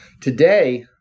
Today